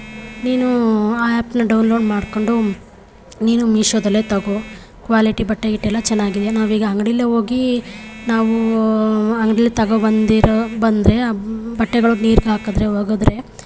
ನೀನೂ ಆ ಆ್ಯಪನ್ನ ಡೌನ್ಲೋಡ್ ಮಾಡಿಕೊಂಡು ನೀನು ಮೀಶೋದಲ್ಲೆ ತಗೋ ಕ್ವಾಲಿಟಿ ಬಟ್ಟೆ ಗಿಟ್ಟೆಯೆಲ್ಲ ಚೆನ್ನಾಗಿದೆ ನಾವೀಗ ಅಂಗಡಿಯಲ್ಲೇ ಹೋಗಿ ನಾವೂ ಅಂಗ್ಡಿಯಲ್ಲಿ ತಗೊ ಬಂದಿರೋ ಬಂದರೆ ಬಟ್ಟೆಗಳು ನೀರ್ಗೆ ಹಾಕಿದ್ರೆ ಒಗೆದ್ರೆ